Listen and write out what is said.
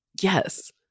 Yes